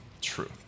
true